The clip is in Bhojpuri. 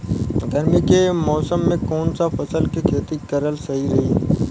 गर्मी के मौषम मे कौन सा फसल के खेती करल सही रही?